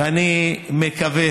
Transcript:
ואני מקווה